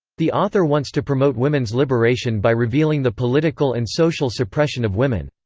the author wants to promote women's liberation by revealing the political and social suppression of women.